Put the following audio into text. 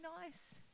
nice